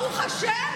ברוך השם,